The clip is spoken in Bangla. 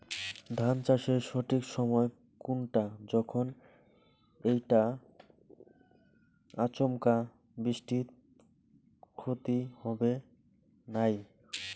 ধান চাষের সঠিক সময় কুনটা যখন এইটা আচমকা বৃষ্টিত ক্ষতি হবে নাই?